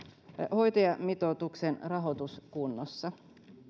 hoitajamitoituksen rahoitus kunnossa